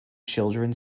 children